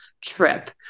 trip